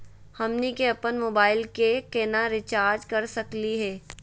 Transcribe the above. हमनी के अपन मोबाइल के केना रिचार्ज कर सकली हे?